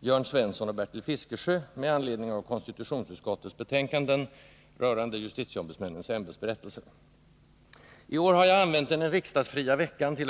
Jörn Svensson och Bertil Fiskesjö med anledning av konstitutionsutskottets betänkanden rörande justitieombudsmännens ämbetsberättelse. I år har jag använt den riksdagsfria veckan til!